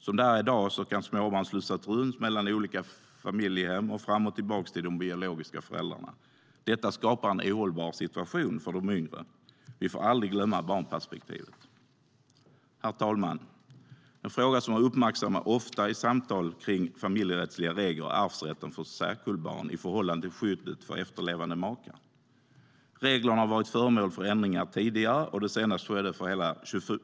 Som det är i dag kan småbarn slussas runt mellan olika familjehem och fram och tillbaka till de biologiska föräldrarna. Detta skapar en ohållbar situation för de yngre. Vi får aldrig glömma barnperspektivet. Herr talman! En fråga som ofta uppmärksammas i samtal kring familjerättsliga regler är arvsrätten för särkullbarn i förhållande till skyddet för efterlevande makar. Reglerna har varit föremål för ändringar tidigare, och den senaste skedde för hela